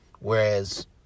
Whereas